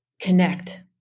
connect